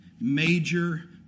major